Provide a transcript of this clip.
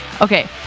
Okay